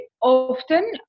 often